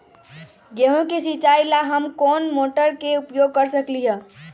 गेंहू के सिचाई ला हम कोंन मोटर के उपयोग कर सकली ह?